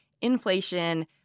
inflation